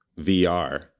vr